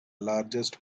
largest